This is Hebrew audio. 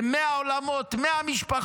הם 100 עולמות, 100 משפחות,